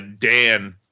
Dan